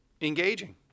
engaging